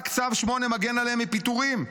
רק צו 8 מגן עליהם מפיטורים.